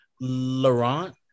Laurent